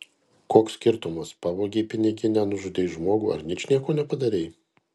koks skirtumas pavogei piniginę nužudei žmogų ar ničnieko nepadarei